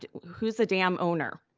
who's the dam owner?